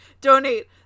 donate